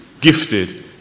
gifted